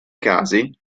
casi